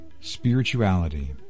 spirituality